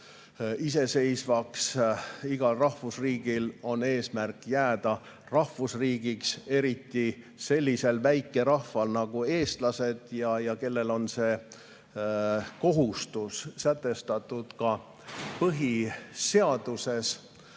iseseisvaks, igal rahvusriigil on eesmärk jääda rahvusriigiks, eriti sellisel väikerahval nagu eestlased, kellel on see kohustus sätestatud ka põhiseaduses.